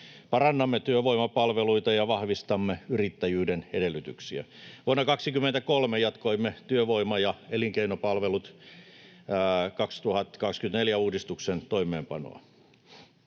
parannamme työvoimapalveluita ja vahvistamme yrittäjyyden edellytyksiä. Vuonna 23 jatkoimme työvoima- ja elinkeinopalvelut 2024 ‑uudistuksen toimeenpanoa.